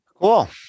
Cool